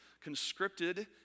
conscripted